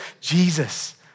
Jesus